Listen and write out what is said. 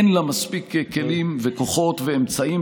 אין לה מספיק כלים וכוחות ואמצעים